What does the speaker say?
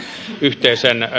yhteisen